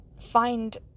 find